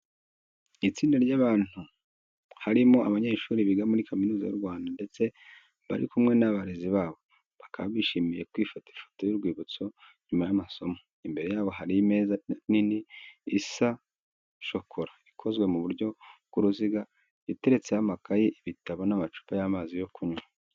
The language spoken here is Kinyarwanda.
Intsinda ry'abantu harimo abanyeshuri biga muri Kaminuza y'u Rwanda ndetse bari kumwe n'abarezi babo. Bakaba bishimiye kwifata ifoto y'urwibutso nyuma y'amasomo. Imbere yabo hari imeza nini isa shokora, ikozwe mu buryo bw'uruziga, iteretseho amakayi, ibitabo n'amacupa y'amazi yo kunywa.